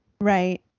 Right